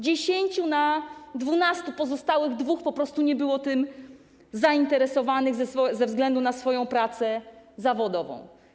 10 na 12 pozostałych, 2 po prostu nie było tym zainteresowanych ze względu na swoją pracę zawodową.